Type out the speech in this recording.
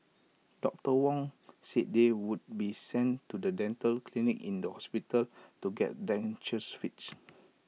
doctor Wong said they would be sent to the dental clinic in the hospital to get dentures fixed